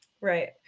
right